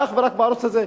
ואך ורק בערוץ הזה.